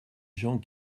gens